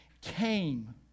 came